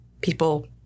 people